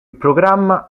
programma